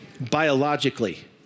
biologically